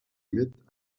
mettent